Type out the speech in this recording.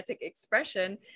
expression